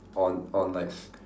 on on like